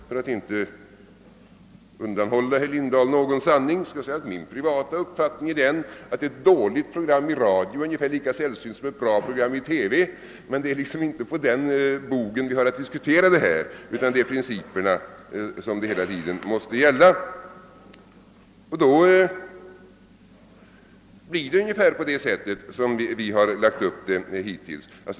För att inte undanhålla herr Lindahl någon sanning skall jag meddela, att min privata uppfattning är den, att ett dåligt program i radio är ungefär lika sällsynt som ett bra program i TV, men det är liksom inte på den bogen vi har att diskutera denna fråga. Det är väl principerna som det hela tiden måste gälla. Då blir det hela ungefär så som vi har lagt upp det hittills.